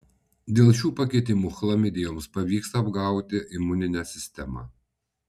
dėl šių pakitimų chlamidijoms pavyksta apgauti imuninę sistemą